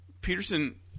Peterson